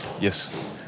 Yes